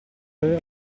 aver